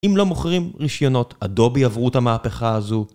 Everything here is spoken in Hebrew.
אם לא מוכרים רישיונות אדובי עברו את המהפכה הזו